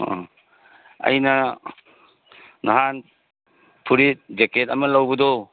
ꯑꯣ ꯑꯩꯅ ꯅꯍꯥꯟ ꯐꯨꯔꯤꯠ ꯄꯦꯛꯀꯦꯠ ꯑꯃ ꯂꯧꯕꯗꯣ